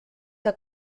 que